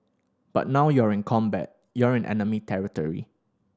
but now you're in combat you're in enemy territory